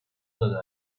داده